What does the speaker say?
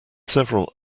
several